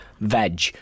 veg